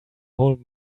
whole